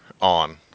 on